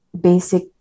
basic